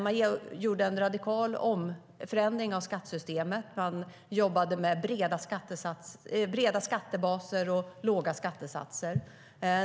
Man gjorde en radikal förändring av skattesystemet, och man jobbade med breda skattebaser och låga skattesatser.